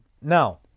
Now